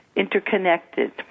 Interconnected